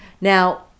now